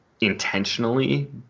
intentionally